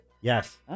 Yes